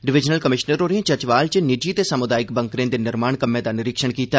divisional commissioner होरें चचवाल च निजी ते साम्दायिक बंकरें दे निर्माण कम्में दा निरीक्षण कीता